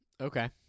Okay